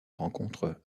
rencontre